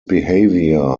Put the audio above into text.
behaviour